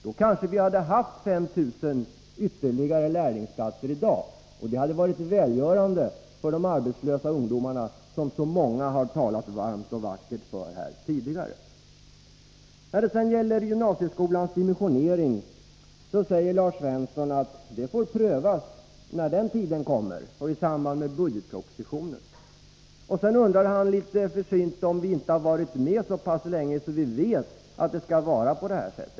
Då kanske vi hade haft ytterligare 5 000 lärlingsplatser i dag — det hade varit välgörande för de arbetslösa ungdomarna, som så många har talat varmt och vackert för här tidigare. Lars Svensson säger att man får pröva gymnasieskolans dimensionering i samband med budgetpropositionen. Han undrade litet försynt om vi inte har varit med så pass länge att vi vet att det skall vara på detta sätt.